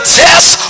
test